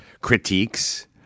critiques